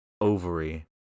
ovary